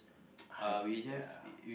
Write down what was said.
ya